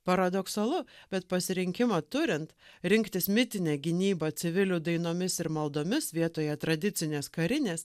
paradoksalu bet pasirinkimo turint rinktis mitinę gynybą civilių dainomis ir maldomis vietoje tradicinės karinės